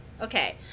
Okay